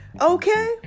okay